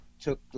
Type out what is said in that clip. took